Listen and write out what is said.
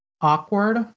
awkward